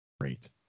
Great